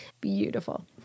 beautiful